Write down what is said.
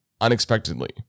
unexpectedly